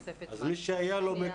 לתוספת זמן של 25%. אז מי שהיה לו מקודם,